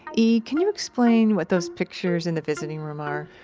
e, can you explain what those pictures in the visiting room are?